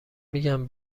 میگم